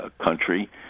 country